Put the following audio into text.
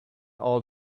all